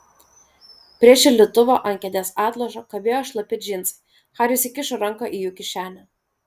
prie šildytuvo ant kėdės atlošo kabėjo šlapi džinsai haris įkišo ranką į jų kišenę